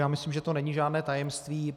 Já myslím, že to není žádné tajemství.